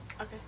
Okay